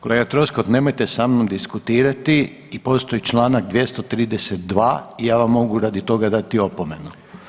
Kolega Troskot nemojte sa mnom diskutirati i postoji Članak 232. i ja vam mogu radi toga dati opomenu.